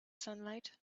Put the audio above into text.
sunlight